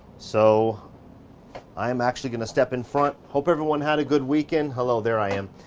so i am actually gonna step in front. hope everyone had a good weekend. hello there i am.